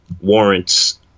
warrants